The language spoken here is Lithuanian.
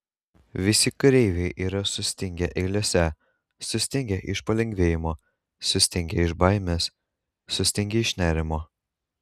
visi kareiviai yra sustingę eilėse sutingę iš palengvėjimo sustingę iš baimės sustingę iš nerimo